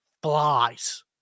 flies